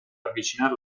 avvicinare